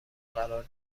قرار